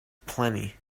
plenty